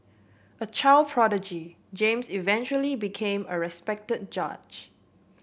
a child prodigy James eventually became a respected judge